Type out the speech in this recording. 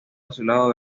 azulado